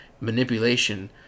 manipulation